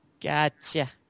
Gotcha